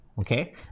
okay